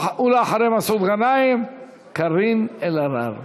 אחרי מסעוד גנאים, קארין אלהרר